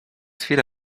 chwilę